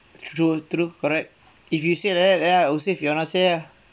true true correct if you say like that ya I'll say if you're not say ya